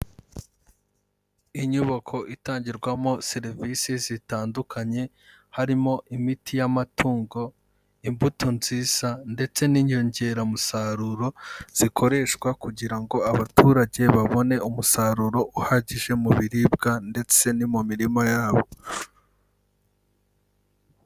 Inyubako itangirwamo serivise zitandukanye harimo imiti y'amatungo, imbuto nziza, ndetse n'inyongeramusaruro, zikoreshwa kugira ngo abaturage babone umusaruro uhagije mu biribwa ndetse no mu mirima yabo.